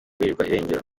irengero